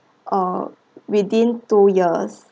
or within two years